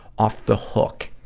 off the hook,